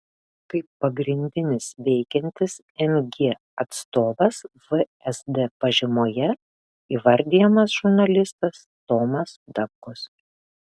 kaip pagrindinis veikiantis mg atstovas vsd pažymoje įvardijamas žurnalistas tomas dapkus